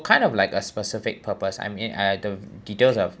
kind of like a specific purpose I'm in I I do~ details of